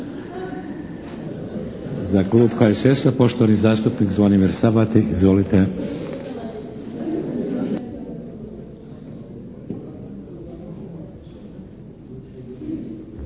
Za klub HSS-a poštovani zastupnik Zvonimir Sabati, izvolite.